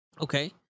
Okay